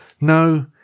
no